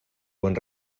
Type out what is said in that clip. buen